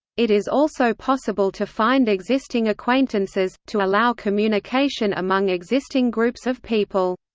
it is also possible to find existing acquaintances, to allow communication among existing groups of people.